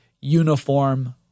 uniform